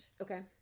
Okay